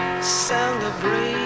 Celebrate